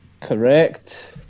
correct